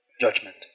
judgment